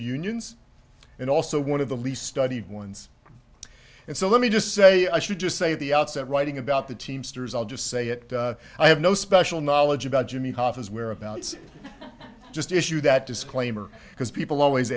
unions and also one of the least studied ones and so let me just say i should just say at the outset writing about the teamsters i'll just say that i have no special knowledge about jimmy hoffa's whereabouts just issued that disclaimer because people always